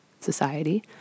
society